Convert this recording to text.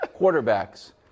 quarterbacks